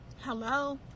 Hello